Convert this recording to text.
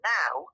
now